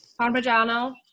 Parmigiano